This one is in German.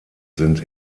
sind